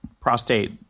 prostate